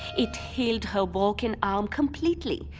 it healed her broken arm completely.